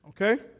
Okay